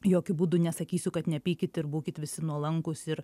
jokiu būdu nesakysiu kad nepykit ir būkit visi nuolankūs ir